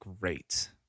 great